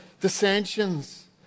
dissensions